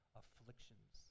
afflictions